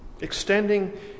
Extending